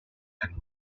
and